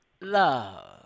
Love